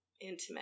intimate